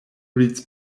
reads